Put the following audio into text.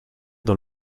dans